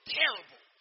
terrible